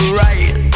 right